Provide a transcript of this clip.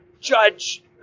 judge